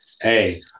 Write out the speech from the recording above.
Hey